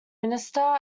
minister